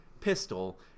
pistol